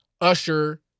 Usher